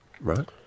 Right